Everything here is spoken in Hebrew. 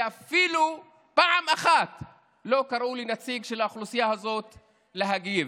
ואפילו פעם אחת לא קראו לנציג של האוכלוסייה הזאת להגיב.